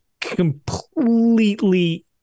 completely